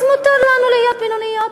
אז מותר לנו להיות בינוניות,